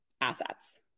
assets